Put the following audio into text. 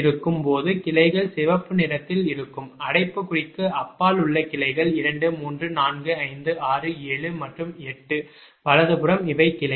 இருக்கும் போது கிளைகள் சிவப்பு நிறத்தில் இருக்கும் அடைப்புக்குறிக்கு அப்பால் உள்ள கிளைகள் 2 3 4 5 6 7 மற்றும் 8 வலதுபுறம் இவை கிளைகள்